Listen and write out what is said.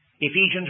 Ephesians